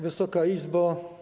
Wysoka Izbo!